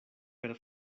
per